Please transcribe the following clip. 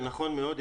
זה נכון מאוד,